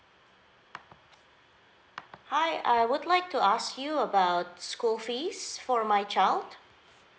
hi I would like to ask you about school fees for my child